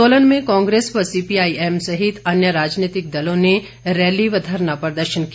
सोलन में कांग्रेस व सीपीआईएम सहित अन्य राजनीतिक दलों ने रैली व धरना प्रदर्शन किया